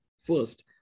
first